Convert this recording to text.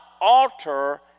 alter